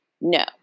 no